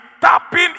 tapping